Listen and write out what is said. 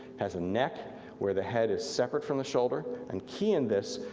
has a neck where the head is separate from the shoulder, and key in this,